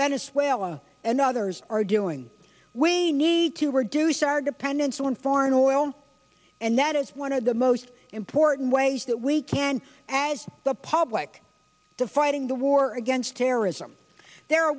venezuela and others are doing we need to reduce our dependence on foreign oil and that is one of the most important ways that we can as the public to fighting the war against terrorism there are